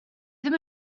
ddim